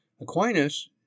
Aquinas